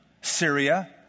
Syria